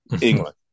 England